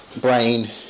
brain